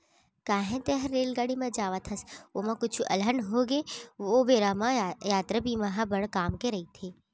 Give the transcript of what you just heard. काहे तैंहर रेलगाड़ी म जावत हस, ओमा कुछु अलहन होगे ओ बेरा म यातरा बीमा ह बड़ काम के रइथे